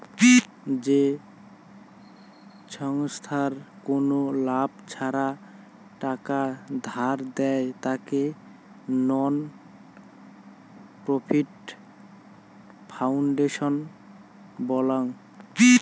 যে ছংস্থার কোনো লাভ ছাড়া টাকা ধার দেয়, তাকে নন প্রফিট ফাউন্ডেশন বলাঙ্গ